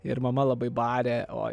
ir mama labai barė oi